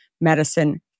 medicine